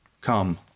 Come